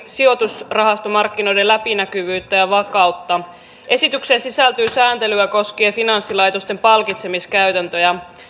sijoitusrahastomarkkinoiden läpinäkyvyyttä ja vakautta esitykseen sisältyy sääntelyä koskien finanssilaitosten palkitsemiskäytäntöjä